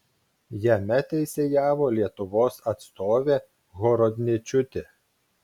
jame teisėjavo lietuvos atstovė horodničiūtė